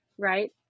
right